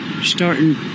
starting